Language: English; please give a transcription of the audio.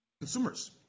consumers